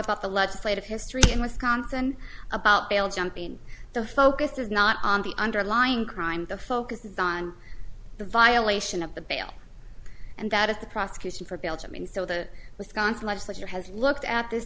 about the legislative history in wisconsin about bail jumping the focus is not on the underlying crime the focus is on the violation of the bail and that is the prosecution for belgium and so the wisconsin legislature has looked at this